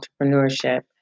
Entrepreneurship